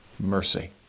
mercy